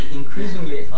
increasingly